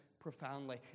profoundly